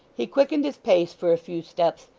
he quickened his pace for a few steps,